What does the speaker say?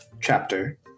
chapter